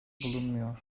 bulunmuyor